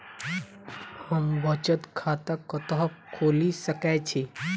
हम बचत खाता कतऽ खोलि सकै छी?